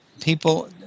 people